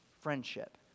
Friendship